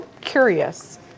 curious